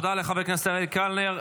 תודה לחבר הכנסת אריאל קלנר.